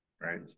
right